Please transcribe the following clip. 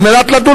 על מנת לדון,